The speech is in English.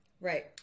Right